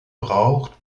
braucht